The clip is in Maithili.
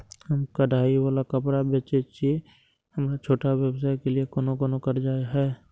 हम कढ़ाई वाला कपड़ा बेचय छिये, की हमर छोटा व्यवसाय के लिये कोनो कर्जा है?